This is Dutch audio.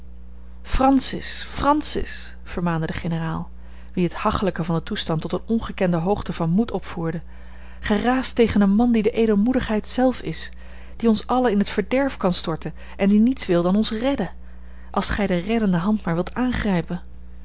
francis francis vermaande de generaal wien het hachelijke van den toestand tot een ongekende hoogte van moed opvoerde gij raast tegen een man die de edelmoedigheid zelf is die ons allen in het verderf kan storten en die niets wil dan ons redden als gij de reddende hand maar wilt aangrijpen